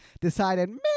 decided